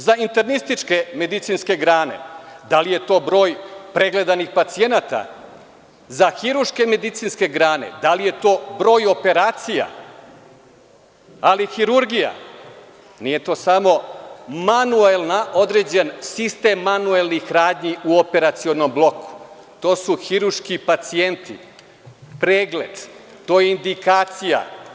Za internističke medicinske grane, da li je to broj pregledanih pacijenata, za hiruške medicinske grane da li je to broj operacija, ali hirurgija nije to samo manuelna, određeni sistem manuelnih radnji u operacionom bloku, to su hiruški pacijenti, pregled, to je indikacija.